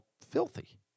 filthy